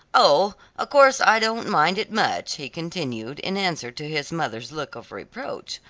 o, of course i don't mind it much, he continued in answer to his mother's look of reproach,